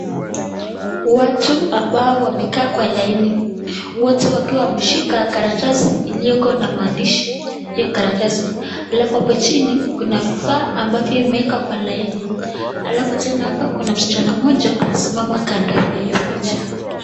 Watu Ambao wamekaa kwa laini, wote wakiwa wameshika karatasi ilioko na maandishi hiyo karatasi. Alafu hapo chini Kuna vifaa ambavyo imewekwa kwa laini. Alafu hapa tena Kuna msichana moja amesimama kando ya hiyo picha.